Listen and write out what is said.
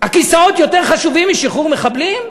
הכיסאות יותר חשובים משחרור מחבלים?